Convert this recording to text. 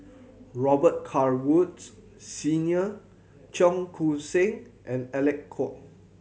Robet Carr Woods Senior Cheong Koon Seng and Alec Kuok